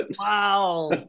Wow